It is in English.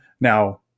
now